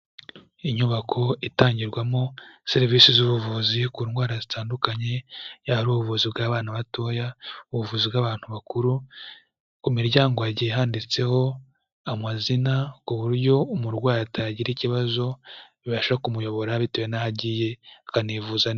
Inyubako itangirwamo serivisi z'ubuvuzi ku ndwara zitandukanye yaba ari ubuvuzi bw'abana batoya, ubuvuzi bw'abantu bakuru, ku miryango hagiye handitseho amazina ku buryo umurwayi atagira ikibazo, bibasha kumuyobora bitewe naho agiye akanivuza.